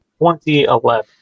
2011